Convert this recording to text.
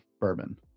bourbon